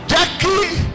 Jackie